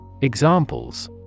Examples